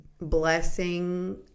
blessing